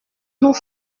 nous